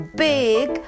big